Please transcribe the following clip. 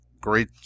great